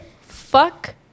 fuck